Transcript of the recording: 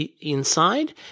inside